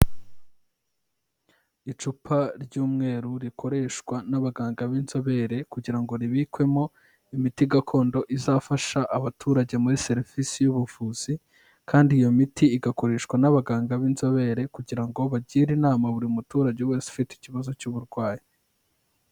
Icupa ry'umweru rikoreshwa n'abaganga b'inzobere kugira ngo ribikwemo imiti gakondo izafasha abaturage muri serivisi y'ubuvuzi kandi iyo miti igakoreshwa n'abaganga b'inzobere kugira ngo bagire inama buri muturage wese ufite ikibazo cy'uburwayi.